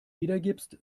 wiedergibst